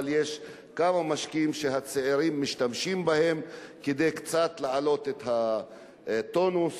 אבל יש כמה משקאות שהצעירים משתמשים בהם כדי להעלות קצת את הטונוס